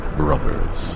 brothers